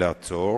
לעצור